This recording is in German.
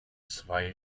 zwei